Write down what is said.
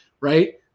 right